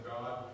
God